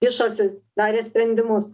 kišosi darė sprendimus